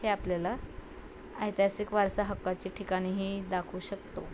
हे आपल्याला ऐतिहासिक वारसा हक्काची ठिकाणी ही दाखवू शकतो